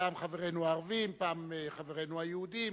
פעם חברינו הערבים, פעם חברינו היהודים,